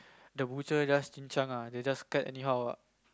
the butcher just they just cut anyhow